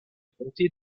comté